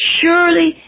surely